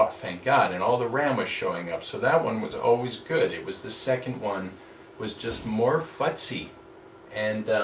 ah thank god and all the ram was showing up, so that one was always good it was the second one was just more fuzzy and